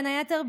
בין היתר,